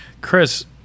Chris